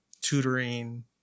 tutoring